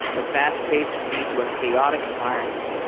a fast pace can lead to a chaotic environment.